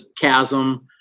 chasm